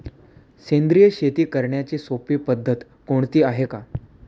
सेंद्रिय शेती करण्याची सोपी पद्धत कोणती आहे का?